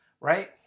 Right